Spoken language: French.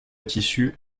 tissu